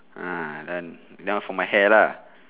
um then that one for my hair lah